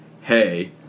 hey